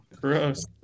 gross